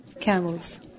camels